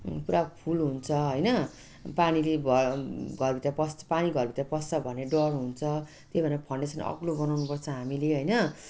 पुरा फुल हुन्छ हैन पानीले घर घरभित्र पस् पानी घरभित्र पस्छ भन्ने डर हुन्छ त्यही भएर फाउन्डेसन अग्लो बनाउनुपर्छ हामीले हैन